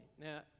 Now